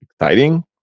exciting